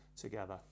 together